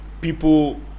people